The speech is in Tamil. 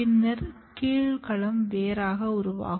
பின்னர் கீழ் களம் வேர் ஆக உருவாகும்